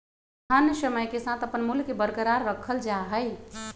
धन समय के साथ अपन मूल्य के बरकरार रखल जा हई